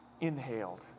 inhaled